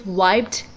wiped